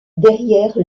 derrière